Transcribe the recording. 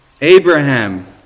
Abraham